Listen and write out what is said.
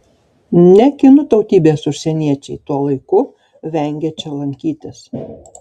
ne kinų tautybės užsieniečiai tuo laiku vengia čia lankytis